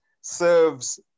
serves